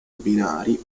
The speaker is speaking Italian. binari